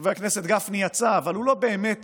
חבר הכנסת גפני יצא, אבל הוא לא באמת